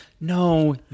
No